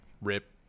Rip